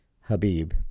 Habib